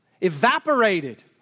evaporated